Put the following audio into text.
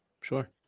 Sure